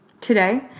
Today